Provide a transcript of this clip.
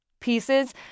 pieces